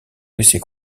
laisser